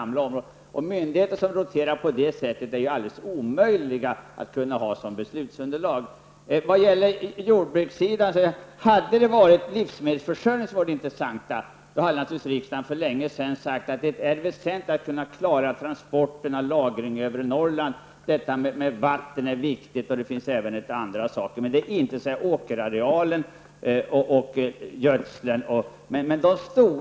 Man kan omöjligen använda sådana myndigheters ställningstaganden som beslutsunderlag. Om livsmedelsförsörjningen hade varit det intressanta, då hade naturligtvis riksdagen för länge sedan uttalat att det var väsentligt att klara transporter och lagring av livsmedel även för övre Norrlands behov. Man hade också sagt att vattenförsörjningen och annat var viktigt.